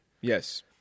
Yes